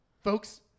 Folks